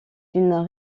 une